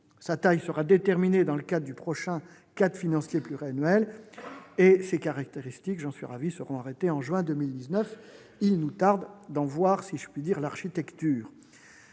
Sa taille sera déterminée dans le cadre du prochain cadre financier pluriannuel ; ses caractéristiques- j'en suis ravi -seront arrêtées en juin 2019. Il nous tarde de voir construite cette architecture.